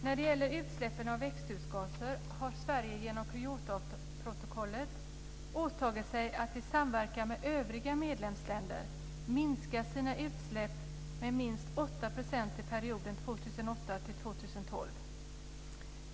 När det gäller utsläppen av växthusgaser har Sverige genom Kyotoprotokollet åtagit sig att i samverkan med övriga medlemsländer minska sina utsläpp med minst 8 % till perioden 2008-2012.